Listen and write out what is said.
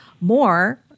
more